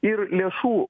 ir lėšų